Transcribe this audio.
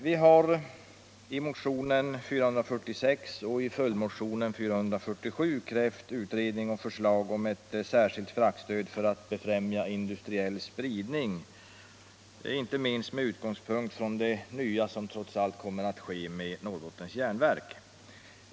Vi har i motionen 446 och i följdmotionen 447 krävt utredning om och förslag till ett särskilt fraktstöd för att främja industriell spridning inte minst med utgångspunkt i det nya som trots allt kommer att ske vid Norrbottens Järnverk.